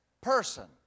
person